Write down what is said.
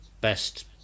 best